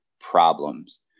problems